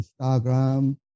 Instagram